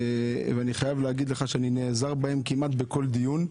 ואני חייב להגיד לך שאני נעזר בהם כמעט בכל דיון,